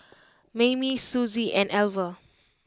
Maymie Suzy and Alver